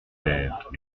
verres